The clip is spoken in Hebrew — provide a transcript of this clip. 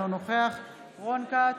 אינו נוכח רון כץ,